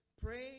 pray